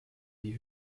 die